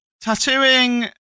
tattooing